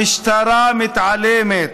המשטרה מתעלמת: